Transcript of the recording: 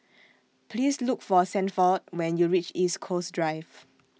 Please Look For Sanford when YOU REACH East Coast Drive